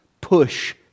push